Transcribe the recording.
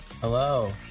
Hello